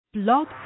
Blog